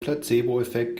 placeboeffekt